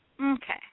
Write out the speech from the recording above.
Okay